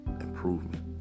improvement